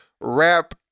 Rap